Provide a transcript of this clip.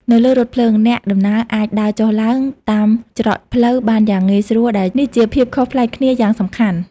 នៅលើរថភ្លើង អ្នកដំណើរអាច ដើរចុះឡើង តាមច្រកផ្លូវបានយ៉ាងងាយស្រួល ដែលនេះជាភាពខុសប្លែកគ្នាយ៉ាងសំខាន់។